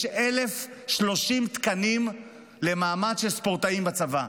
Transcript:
יש 1,030 תקנים למעמד של ספורטאים בצבא,